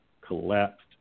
collapsed